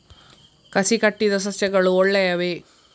ಕಸಿ ಕಟ್ಟಿದ ಸಸ್ಯಗಳು ಒಳ್ಳೆಯವೇ?